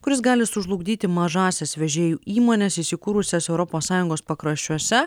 kuris gali sužlugdyti mažąsias vežėjų įmones įsikūrusias europos sąjungos pakraščiuose